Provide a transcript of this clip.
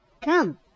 Come